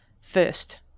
first